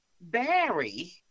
Barry